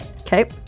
Okay